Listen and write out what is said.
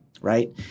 right